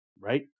right